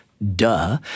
duh